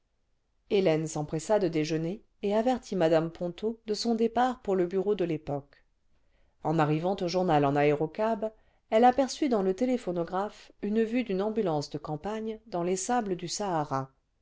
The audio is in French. hélène s'empressa de déjeuner et avertit mme ponto de son départ pour le bureau de yépoque en arrivant au journal en aérocab elle aperçut dans'le téléphonographe une vue d'une ambulance de campagne dans les sables du sahara